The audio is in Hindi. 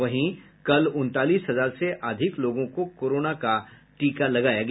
वहीं कल उनतालीस हजार से अधिक लोगों को कोरोना का टीका लगाया गया